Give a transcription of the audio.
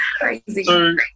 Crazy